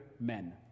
men